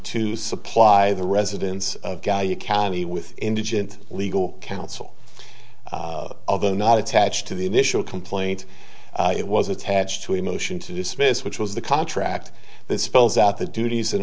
to supply the residence of value county with indigent legal counsel although not attached to the initial complaint it was attached to a motion to dismiss which was the contract